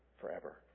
Forever